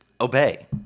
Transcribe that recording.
obey